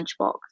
lunchbox